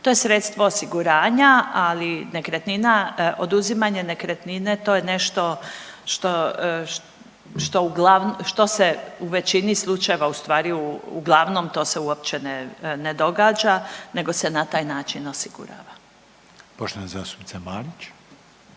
To je sredstvo osiguranja, ali nekretnina oduzimanje nekretnine to je nešto što se u većini slučajeva uglavnom to se uopće ne događa nego se na taj način osigurava. **Reiner,